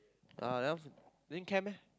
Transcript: uh that one also then chem eh